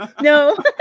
No